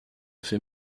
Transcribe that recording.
fait